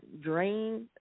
drain